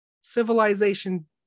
civilization